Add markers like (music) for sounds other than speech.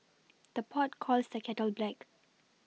(noise) the pot calls the kettle black